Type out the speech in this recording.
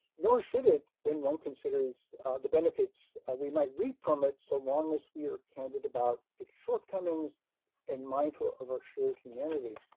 nor should it when one considers the benefits benefits we might reap from it so long as we are candid about its shortcomings and mindful of our shared humanity.